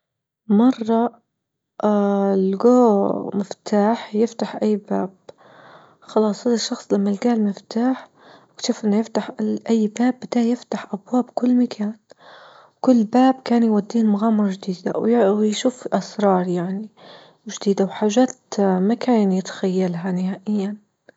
مرة اه لجوه مفتاح يفتح أي باب، خلاص هذا الشخص لما لجاه المفتاح وأكتشف أنه يفتح أي باب بده يفتح ابواب كل مكان، وكل باب كان يوديه لمغامرة جديدة وي-ويشوف أسرار يعني جديدة وحاجات ما كاين يتخيلها نهائيا.